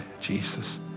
Jesus